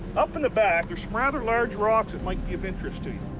up in the back, there's some rather large rocks that might be of interest to you.